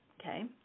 okay